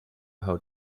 how